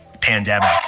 pandemic